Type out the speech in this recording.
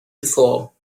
before